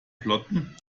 plotten